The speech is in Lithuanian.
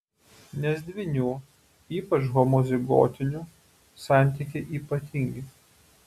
nes dvynių ypač homozigotinių santykiai ypatingi